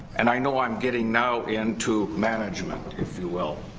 and i know i'm getting now into management if you will,